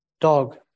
dog